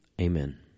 Amen